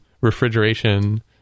refrigeration